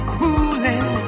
fooling